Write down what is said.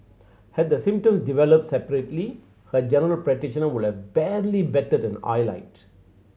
had the symptoms developed separately her general practitioner would have barely batted an eyelid